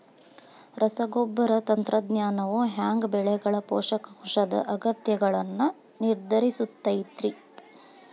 ರಸಗೊಬ್ಬರ ತಂತ್ರಜ್ಞಾನವು ಹ್ಯಾಂಗ ಬೆಳೆಗಳ ಪೋಷಕಾಂಶದ ಅಗತ್ಯಗಳನ್ನ ನಿರ್ಧರಿಸುತೈತ್ರಿ?